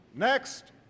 Next